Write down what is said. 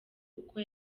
uko